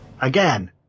Again